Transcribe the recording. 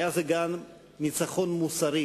היה זה גם ניצחון מוסרי.